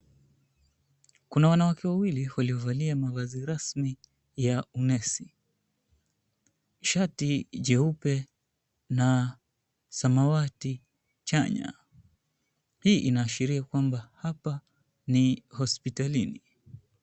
Kuna wanawake wawili waliovalia mavazi rasmi ya unesi shati jeupe na samawati chanya hii inaashiria kwamba hapa ni hosipitalini.